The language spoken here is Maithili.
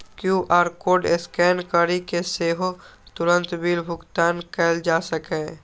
क्यू.आर कोड स्कैन करि कें सेहो तुरंत बिल भुगतान कैल जा सकैए